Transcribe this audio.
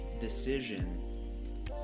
decision